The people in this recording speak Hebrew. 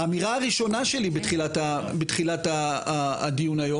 האמירה הראשונה שלי בתחילת הדיון היום